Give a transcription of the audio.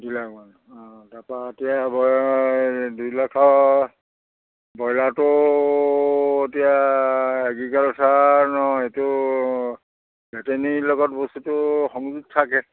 দুই লাখমান অঁ তাপা এতিয়া বয় দুই লাখৰ ব্ৰইলাৰটো এতিয়া এগ্ৰিকালচাৰ ন এইটো ভেটেনেৰী লগত বস্তুটো সংযোগ থাকে